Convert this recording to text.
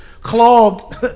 clogged